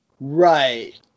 Right